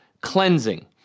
cleansing